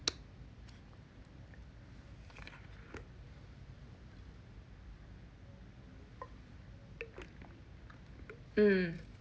mm